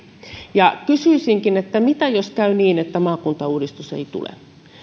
kysyisinkin mitä jos käy niin että maakuntauudistus ei tule